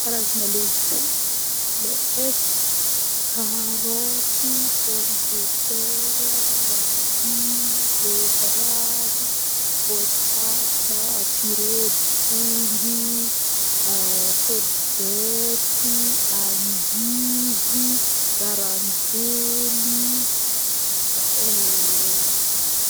Karazagna légumes le eky: karoty, pomme de terre, radis, betiravy, voatavo na atsirebiky, pongy, korzety, angivy, baranjely.